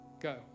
Go